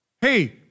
Hey